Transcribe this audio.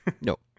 Nope